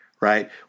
right